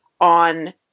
on